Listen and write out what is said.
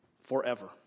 Forever